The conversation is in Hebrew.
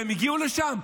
והם הגיעו לשם?